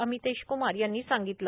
अमितेश क्मार यांनी सांगितले